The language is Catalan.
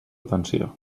atenció